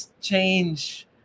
change